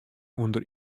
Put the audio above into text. ûnder